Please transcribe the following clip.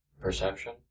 perception